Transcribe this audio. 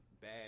bad